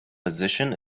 position